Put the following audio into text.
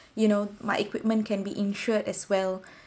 you know my equipment can be insured as well